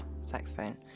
saxophone